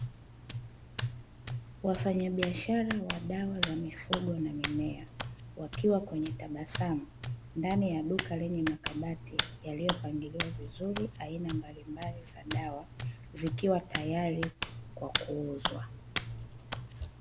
Wafanyabiashara wa dawa za mifugo na mimea, wakiwa kwenye tabasamu, ndani ya duka lenye makabati yaliyopangiliwa vizuri, aina mbalimbali za dawa, zikiwa tayari kwa kuuzwa.